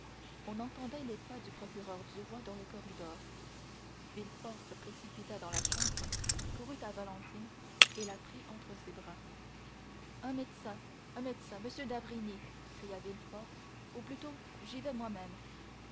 on entendait les pas du procureur du roi dans le corridor villefort se précipita dans la chambre courut à valentine et la prit entre ses bras un médecin un médecin m d'avrigny cria villefort ou plutôt j'y vais moi-même